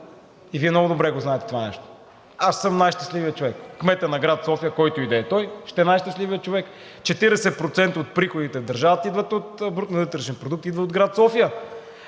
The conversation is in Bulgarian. и Вие много добре го знаете това нещо – аз ще съм най-щастливият човек, кметът на град София, който и да е той, ще е най-щастливият човек. 40% от приходите в държавата, брутният вътрешен продукт идва от град София.